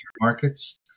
markets